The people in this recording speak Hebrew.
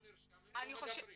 נרשמת את לא יכולה לדבר.